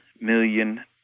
million